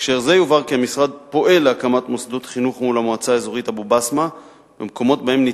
בהקשר זה יובהר כי המשרד פועל מול המועצה האזורית אבו-בסמה להקמת מוסדות